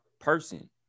person